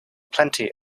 plenty